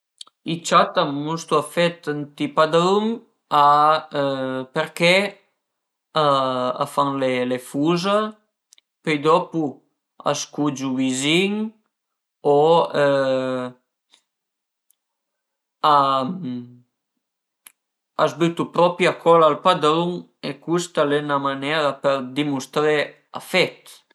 I ciat a mustu afet ënt i padrun përché a fan le fuza, pöi dopu a së cugiu vizin o a së bütu propi acol al padrun e custa al e 'na manera dë dimustré afet